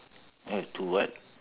have to what